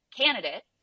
candidate